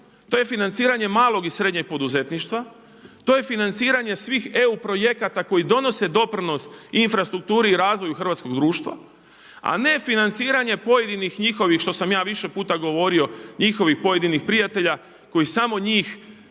to je financiranje malog i srednjeg poduzetništva, to je financiranje svih EU projekata koji donose doprinos i infrastrukturi i razvoju hrvatskog društva, a ne financiranje pojedinih njihovih što sam ja više puta govorio, njihovih pojedinih prijatelja koji samo njih